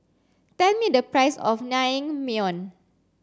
tell me the price of Naengmyeon